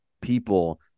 people